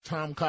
Tom